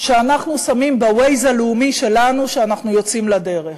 שאנחנו שמים ב-Waze הלאומי שלנו כשאנחנו יוצאים לדרך.